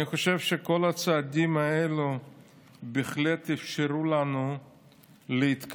אני חושב שכל הצעדים האלה בהחלט אפשרו לנו להתקדם